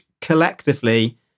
collectively